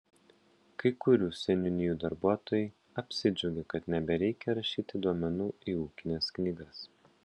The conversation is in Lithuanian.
kai kurių seniūnijų darbuotojai apsidžiaugė kad nebereikia rašyti duomenų į ūkines knygas